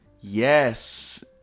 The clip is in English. Yes